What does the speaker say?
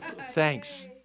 Thanks